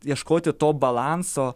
ieškoti to balanso